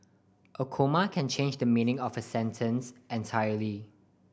a comma can change the meaning of a sentence entirely